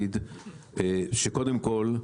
להגיד שקודם כל,